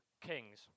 kings